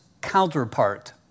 counterpart